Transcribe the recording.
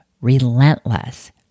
relentless